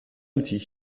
outil